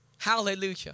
Hallelujah